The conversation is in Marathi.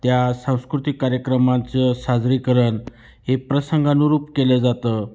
त्या सांस्कृतिक कार्यक्रमांचं साजरीकरण हे प्रसंगानुरूप केलं जातं